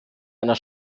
einer